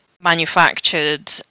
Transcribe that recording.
Manufactured